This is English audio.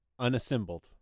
unassembled